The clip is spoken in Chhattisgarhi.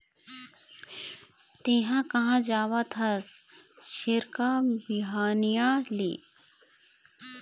तेंहा कहाँ जावत हस छेरका, बिहनिया ले?